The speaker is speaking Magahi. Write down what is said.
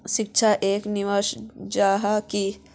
शिक्षा एक निवेश जाहा की?